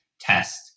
test